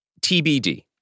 TBD